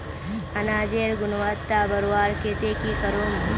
अनाजेर गुणवत्ता बढ़वार केते की करूम?